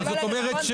זאת אומרת,